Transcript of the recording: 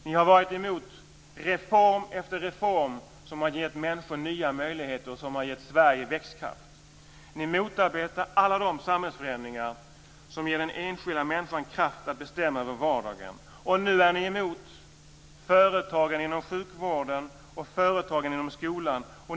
Ni har varit emot reform efter reform som har gett människor nya möjligheter och som har gett Sverige växtkraft. Ni motarbetar alla de samhällsförändringar som ger den enskilda människan kraft att bestämma över vardagen. Och nu är ni emot företagande inom sjukvården och företagande inom skolan.